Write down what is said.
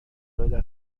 داده